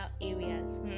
areas